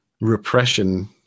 repression